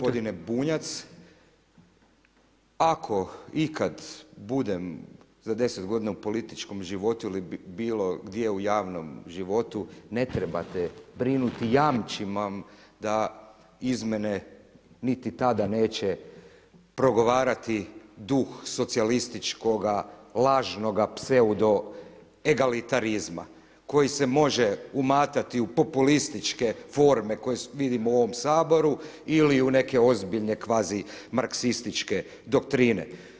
Gospodine Bunjac, ako ikad budem za 10 godina u političkom životu ili bilo gdje u javnom životu ne trebate brinuti jamčim vam da iz mene niti tada neće progovarati duh socijalističkoga lažnoga pseudo egotalirizma koji se može umatati u populističke forme koje vidimo u ovom Saboru ili u neke ozbiljne kvazi marksističke doktrine.